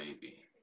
Baby